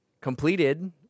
completed